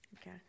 Okay